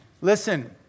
Listen